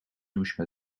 douche